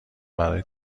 برای